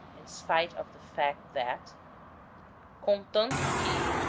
in spite of the fact that comtanto que,